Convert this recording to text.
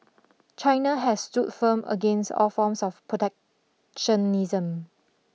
China has stood firm against all forms of protectionism